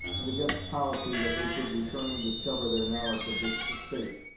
and against policy that they should return and discover their knowledge of this estate,